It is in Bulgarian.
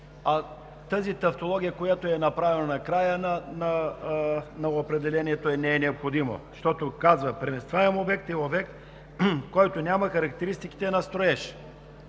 а тази тавтология, която е направена на края на определението, не е необходима, защото казва: „Преместваем обект е обект, който няма характеристиките на строеж“.